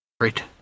Great